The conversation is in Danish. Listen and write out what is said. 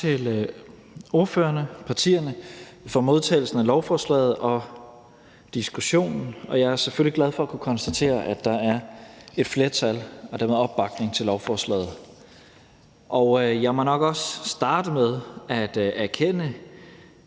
Tak til ordførerne og partierne for modtagelsen af lovforslaget, og tak for diskussionen. Jeg er selvfølgelig glad for at kunne konstatere, at der er et flertal for og dermed opbakning til lovforslaget. Jeg må nok starte med at erkende,